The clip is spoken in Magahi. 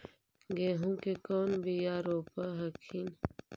गेहूं के कौन बियाह रोप हखिन?